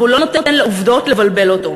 והוא לא נותן לעובדות לבלבל אותו,